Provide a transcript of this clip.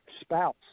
spouse